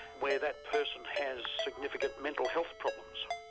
where that person has significant mental health problems.